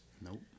Nope